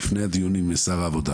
לפני הדיונים עם שר העבודה